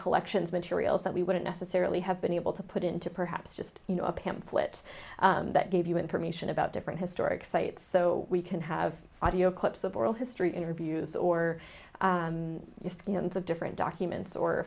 collections materials that we wouldn't necessarily have been able to put into perhaps just you know a pamphlet that give you information about different historic sites so we can have audio clips of oral history interviews or just have different documents or